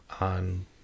on